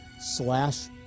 slash